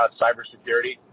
cybersecurity